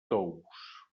tous